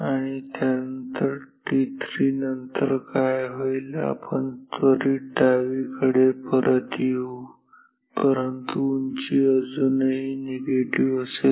आणि त्यानंतर t3 नंतर काय होईल आपण त्वरित डावीकडे परत येऊ परंतु उंची अजूनही निगेटिव्ह असेल